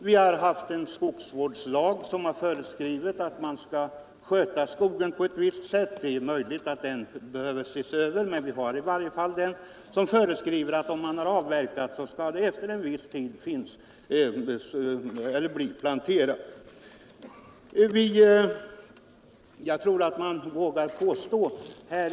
Vi har en skogsvårdslag, som föreskriver att man skall sköta skogen på ett visst sätt. Det är möjligt att denna lag behöver ses över. Lagen föreskriver att om man har gjort en avverkning skall det efter viss tid planteras ny skog.